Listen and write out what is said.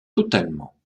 totalement